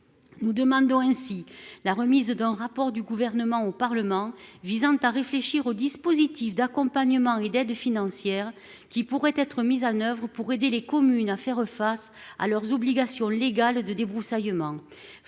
Nous demandons ainsi la remise de d'un rapport du gouvernement au Parlement, visant à réfléchir aux dispositifs d'accompagnement et d'aide financière qui pourraient être mises en oeuvre pour aider les communes à faire face à leurs obligations légales de débroussaillement